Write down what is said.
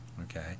Okay